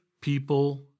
people